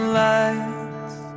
lights